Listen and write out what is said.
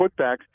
putbacks